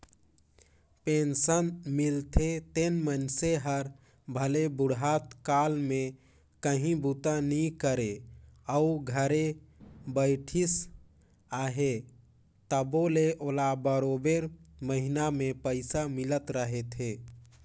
pension मिलथे तेन मइनसे हर भले बुढ़त काल में काहीं बूता नी करे अउ घरे बइठिस अहे तबो ले ओला बरोबेर महिना में पइसा मिलत रहथे